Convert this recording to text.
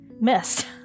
missed